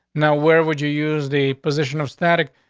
now, where would you use the position of static.